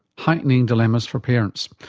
heightening dilemmas for parents.